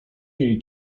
jej